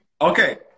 Okay